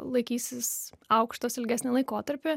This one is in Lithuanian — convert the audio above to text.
laikysis aukštos ilgesnį laikotarpį